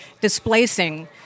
displacing